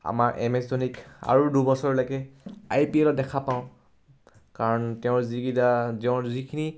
আমাৰ M S ধনীক আৰু দুবছৰলৈকে আই পি এলত দেখা পাওঁ কাৰণ তেওঁৰ যিকেইটা তেওঁৰ যিখিনি